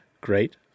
great